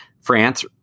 France